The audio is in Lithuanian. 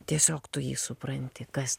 tiesiog tu jį supranti kas